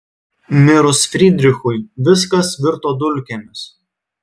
mirus frydrichui viskas virto dulkėmis